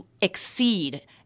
exceed